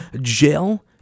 Jail